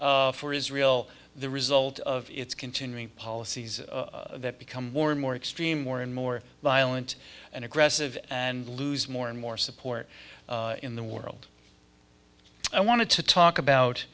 for israel the result of its continuing policies that become more and more extreme more and more violent and aggressive and lose more and more support in the world i wanted to talk about